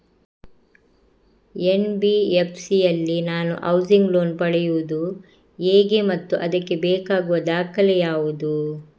NBFC ಯಲ್ಲಿ ನಾನು housing loan ಪಡೆಯುದು ಹೇಗೆ ಮತ್ತು ಅದಕ್ಕೆ ಬೇಕಾಗುವ ದಾಖಲೆ ಯಾವುದು?